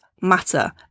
Matter